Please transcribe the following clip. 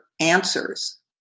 answers